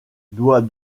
doit